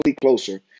closer